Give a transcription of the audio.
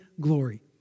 glory